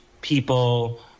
people